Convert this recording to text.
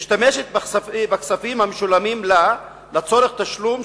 משתמשת בכספים המשולמים לה לצורך תשלום